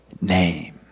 name